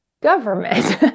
government